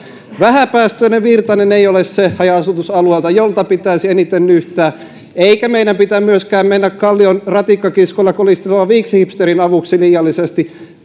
vähäpäästöinen virtanen haja asutusalueelta ei ole se jolta pitäisi eniten nyhtää eikä meidän pidä myöskään mennä kallion ratikkakiskoilla kolistelevan viiksihipsterin avuksi liiallisesti